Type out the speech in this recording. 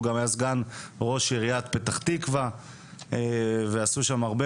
הוא גם היה סגן ראש עיריית פתח תקווה ועשו שם הרבה